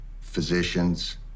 physicians